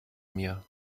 mir